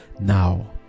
Now